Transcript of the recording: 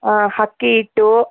ಅಕ್ಕಿ ಹಿಟ್ಟು